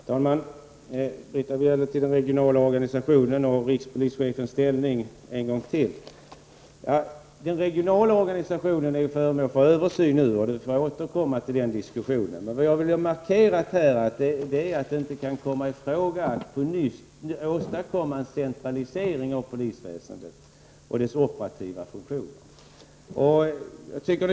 Herr talman! En gång till om den regionala organisationen och rikspolischefens ställning, Den regionala organisationen är ju nu föremål för översyn, och Britta Bjelle får återkomma till den diskussionen. Men vad jag här vill markera är att det inte kommer i fråga att på nytt åstadkomma en centralisering av polisväsendet och dess operativa funktioner.